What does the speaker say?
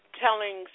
telling